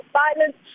violence